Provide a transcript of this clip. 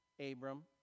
Abram